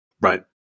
Right